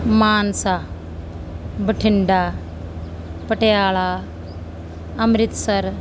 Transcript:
Mansa Bathinda Patiala Amritsar